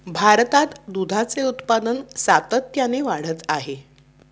भारतात दुधाचे उत्पादन सातत्याने वाढत आहे